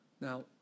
Now